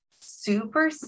super